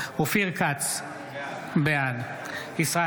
אינו נוכח אופיר כץ,